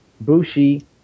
Bushi